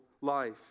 life